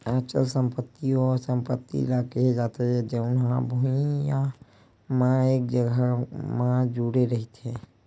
अचल संपत्ति ओ संपत्ति ल केहे जाथे जउन हा भुइँया म एक जघा म जुड़े रहिथे